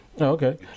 okay